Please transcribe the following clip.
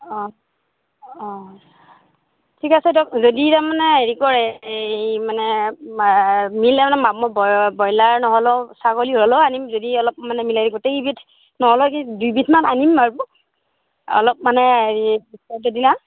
অঁ অঁ ঠিক আছে দিয়ক যদি তাৰমানে হেৰি কৰে এই মানে মিলে মানে মই ব্ৰইলাৰ নহ'লেও ছাগলী হ'লেও আনিম যদি অলপ মানে মিলাই গোটেইবিধ নহ'লেও কি দুইবিধমান আনিম আৰু অলপ মানে হেৰি ডিচকাউণ্টৰ দিনা